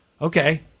Okay